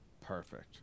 Perfect